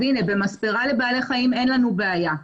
במספרה לבעלי חיים אין לנו בעיה.